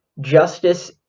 justice